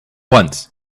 once